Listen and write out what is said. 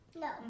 No